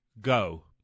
go